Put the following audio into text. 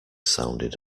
sounded